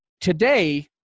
today